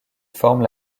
forment